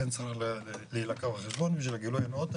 כן צריך להילקח בחשבון בשביל הגילוי הנאות,